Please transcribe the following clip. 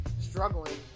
struggling